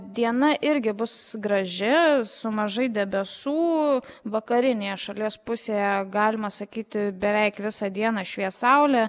diena irgi bus graži su mažai debesų vakarinėje šalies pusėje galima sakyti beveik visą dieną švies saulė